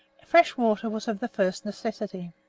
fresh water was of the first necessity,